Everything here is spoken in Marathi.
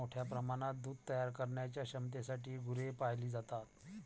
मोठ्या प्रमाणात दूध तयार करण्याच्या क्षमतेसाठी गुरे पाळली जातात